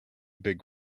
big